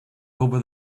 over